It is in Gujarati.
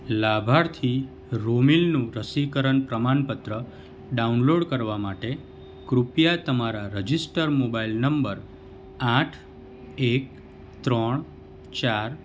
લાભાર્થી રોમિલનું રસીકરણ પ્રમાણપત્ર ડાઉનલોડ કરવા માટે કૃપયા તમારા રજિસ્ટર્ડ મોબાઈલ નંબર આઠ એક ત્રણ ચાર